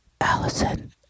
Allison